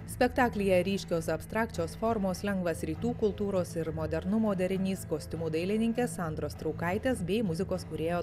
spektaklyje ryškios abstrakčios formos lengvas rytų kultūros ir modernumo derinys kostiumų dailininkės sandros straukaitės bei muzikos kūrėjo